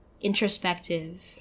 introspective